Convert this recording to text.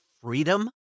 freedom